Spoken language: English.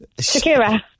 Shakira